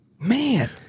Man